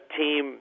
team